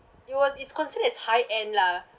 it was it's considered as high-end lah